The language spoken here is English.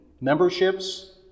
memberships